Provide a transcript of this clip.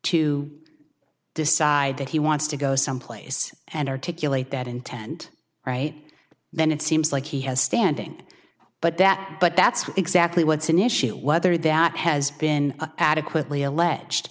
to decide that he wants to go someplace and articulate that intent right then it seems like he has standing but that but that's exactly what's an issue whether that has been adequately alleged